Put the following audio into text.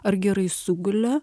ar gerai sugulė